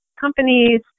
companies